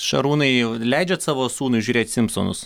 šarūnai jau leidžiat savo sūnui žiūrėt simpsonus